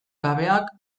gabeak